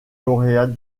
lauréat